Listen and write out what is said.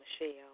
Michelle